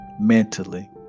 mentally